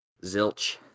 Zilch